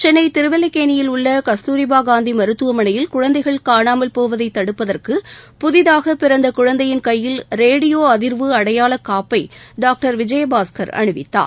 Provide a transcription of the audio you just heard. சென்னை திருவல்லிக்கேனி கந்தூரிபா காந்தி அரசு மருத்துவமனையில் குழந்தைகள் காணாமல் போவதை தடுப்பதற்கு புதிதாக பிறந்த குழந்தையின் கையில் ரேடியோ அதிர்வு அடையாள காப்பை டாக்டர் விஜயபாஸ்கர் அணிவித்தார்